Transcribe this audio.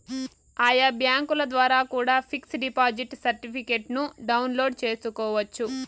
ఆయా బ్యాంకుల ద్వారా కూడా పిక్స్ డిపాజిట్ సర్టిఫికెట్ను డౌన్లోడ్ చేసుకోవచ్చు